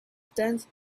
tenth